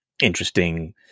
interesting